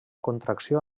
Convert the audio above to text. contracció